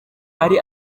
hari